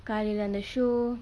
காலைல அந்த:kalaila antha show